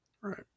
Right